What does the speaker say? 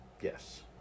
yes